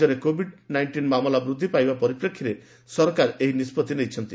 ରାଜ୍ୟରେ covid nineteen ମାମଲା ବୃଦ୍ଧି ପାଇବା ପରିପ୍ରେକ୍ଷୀରେ ସରକାର ଏହି ନିଷ୍କଭି ନେଇଛନ୍ତି